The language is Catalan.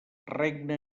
regne